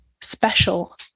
special